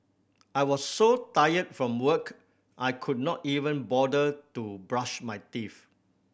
I was so tired from work I could not even bother to brush my teeth